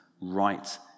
right